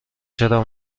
چرا